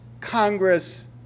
Congress